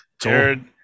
Jared